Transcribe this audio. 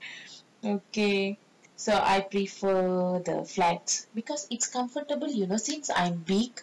okay so I prefer the flats because it's comfortable you know since I'm big